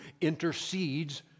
intercedes